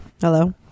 Hello